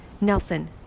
Nelson